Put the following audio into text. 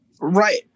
Right